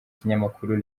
ikinyamakuru